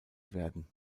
werden